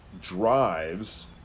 drives